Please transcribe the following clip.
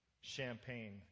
Champagne